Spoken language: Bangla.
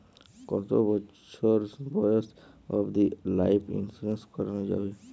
কতো বছর বয়স অব্দি লাইফ ইন্সুরেন্স করানো যাবে?